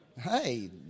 Hey